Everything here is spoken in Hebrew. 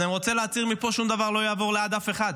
אני רוצה להצהיר מפה: שום דבר לא יעבור ליד אף אחד.